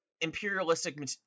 imperialistic